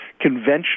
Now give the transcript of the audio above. conventional